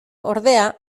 ordea